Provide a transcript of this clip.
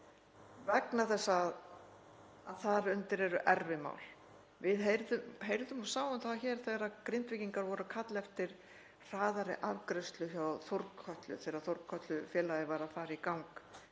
vegna þess að þar undir eru erfið mál. Við heyrðum og sáum það hér þegar Grindvíkingar voru að kalla eftir hraðari afgreiðslu hjá Þórkötlu þegar félagið var að fara í gang